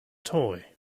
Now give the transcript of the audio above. toy